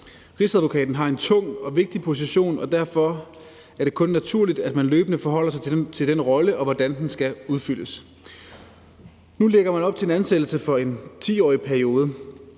Rigsadvokaten har en tung og vigtig position, og derfor er det kun naturligt, at man løbende forholder sig den rolle og til, hvordan den skal udfyldes. Nu lægges der op til en ansættelse for en 10-årig periode.